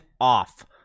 off